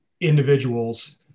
individuals